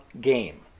game